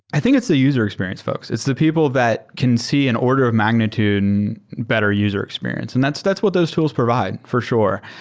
i think it's the user experience folks. it's the people that can see an order of magnitude and better user experience, and that's that's what those tools provide, for sure.